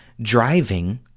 driving